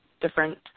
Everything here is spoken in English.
different